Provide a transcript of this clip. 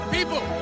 People